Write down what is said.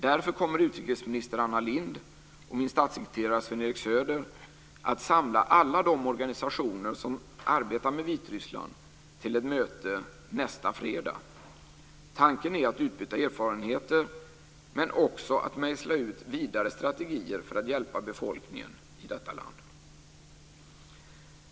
Därför kommer utrikesminister Anna Lindh och min statssekreterare Sven-Eric Söder att samla alla de organisationer som arbetar med Vitryssland till ett möte nästa fredag. Tanken är att utbyta erfarenheter men också att mejsla ut vidare strategier för att hjälpa befolkningen i detta land.